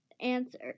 Answer